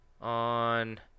on